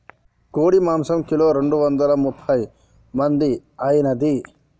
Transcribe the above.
కోడి మాంసం కిలో రెండు వందల ముప్పై మంది ఐనాది